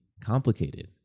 complicated